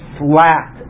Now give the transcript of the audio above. flat